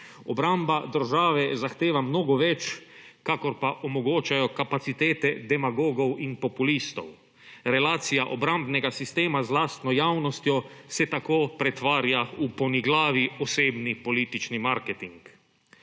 Obramba države zahteva mnogo več, kakor pa omogočajo kapacitete demagogov in populistov. Relacija obrambnega sistema z lastno javnostjo se tako pretvarja v poniglavi osebni politični marketing.